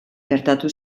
gertatu